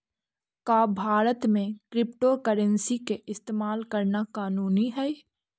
का भारत में क्रिप्टोकरेंसी के इस्तेमाल करना कानूनी हई?